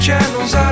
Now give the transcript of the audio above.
channels